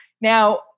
now